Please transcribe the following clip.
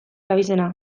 abizena